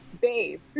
babe